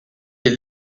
les